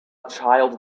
child